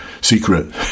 secret